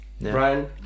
Brian